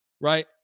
right